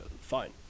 fine